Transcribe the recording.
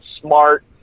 smart